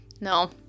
No